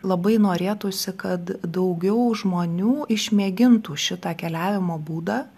labai norėtųsi kad daugiau žmonių išmėgintų šitą keliavimo būdą